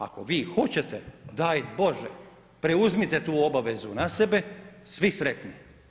Ako vi hoćete, daj Bože, preuzmite tu obavezu na sebe, svi sretni.